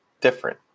different